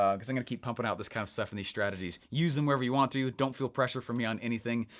ah cause i'm gonna keep pumping out this kind of stuff, and these strategies. use them wherever you want to, don't feel pressure from me on anything,